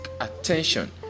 attention